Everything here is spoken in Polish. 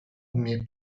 umie